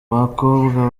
bakobwa